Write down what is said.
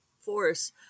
force